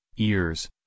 Ears